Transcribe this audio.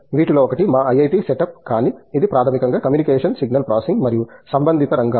వీటిలో ఒకటి మా ఐఐటి సెటప్ కానీ ఇది ప్రాథమికంగా కమ్యూనికేషన్ సిగ్నల్ ప్రాసెసింగ్ మరియు సంబంధిత రంగాలు